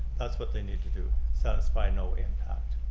that's what they need to do, satisfy no impact.